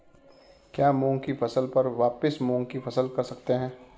क्या मूंग की फसल पर वापिस मूंग की फसल कर सकते हैं?